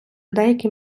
деякі